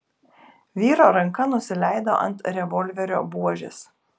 vyro ranka nusileido ant revolverio buožės